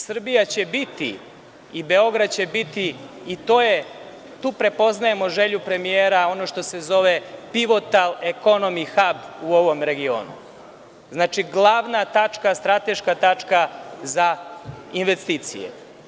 Srbija će biti i Beograd će biti i tu prepoznajemo želju premijera, ono što se zove „pivotal ekonomi hab“ u ovom regionu; znači, glavna tačka, strateška tačka za investicije.